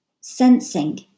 sensing